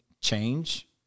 change